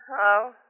Hello